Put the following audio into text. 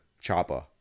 chopper